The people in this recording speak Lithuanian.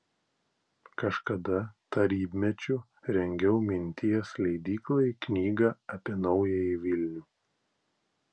kažkada tarybmečiu rengiau minties leidyklai knygą apie naująjį vilnių